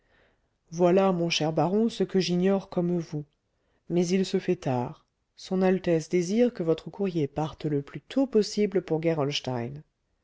voilà mon cher baron ce que j'ignore comme vous mais il se fait tard son altesse désire que votre courrier parte le plus tôt possible pour gerolstein